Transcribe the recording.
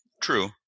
True